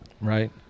Right